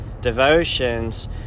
devotions